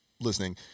listening